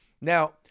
Now